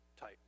tight